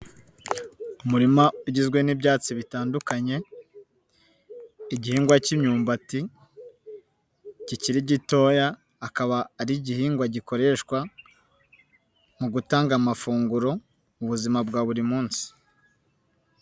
Umurima ugizwe n'ibyatsi bitandukanye igihingwa k'imyumbati kikiri gitoya, akaba ari igihingwa gikoreshwa mu gutanga amafunguro mu buzima bwa buri munsi.